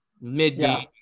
mid-game